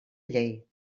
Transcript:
llei